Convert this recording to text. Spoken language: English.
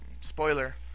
spoiler